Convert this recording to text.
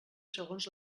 segons